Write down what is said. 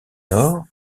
nord